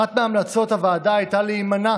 אחת מהמלצות הוועדה הייתה להימנע